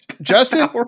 Justin